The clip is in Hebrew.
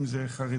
אם זה חרדים,